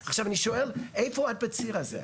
עכשיו, אני שואל איפה את בציר הזה?